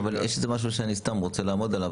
אבל יש משהו שאני רוצה לעמוד עליו.